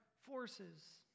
forces